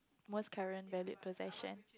most current valued possession